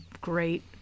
Great